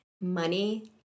money